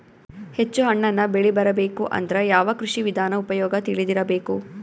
ಹೆಚ್ಚು ಹಣ್ಣನ್ನ ಬೆಳಿ ಬರಬೇಕು ಅಂದ್ರ ಯಾವ ಕೃಷಿ ವಿಧಾನ ಉಪಯೋಗ ತಿಳಿದಿರಬೇಕು?